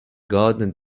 garden